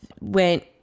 went